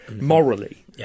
morally